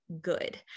good